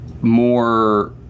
more